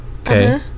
okay